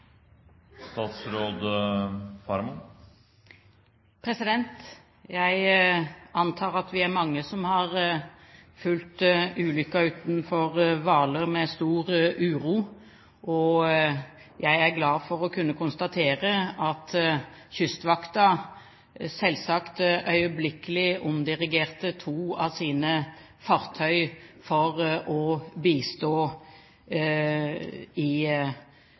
Jeg antar at vi er mange som har fulgt ulykken utenfor Hvaler med stor uro, og jeg er glad for å kunne konstatere at Kystvakten selvsagt øyeblikkelig etter at ulykken skjedde, omdirigerte to av sine fartøy for å bistå i